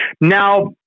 Now